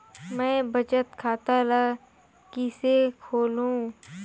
मैं बचत खाता ल किसे खोलूं?